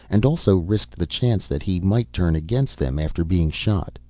and also risked the chance that he might turn against them after being shot.